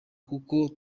kuko